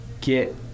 get